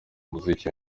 muziki